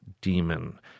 demon